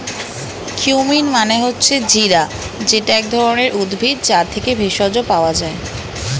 cumin মানে হচ্ছে জিরা যেটা এক ধরণের উদ্ভিদ, যা থেকে ভেষজ পাওয়া যায়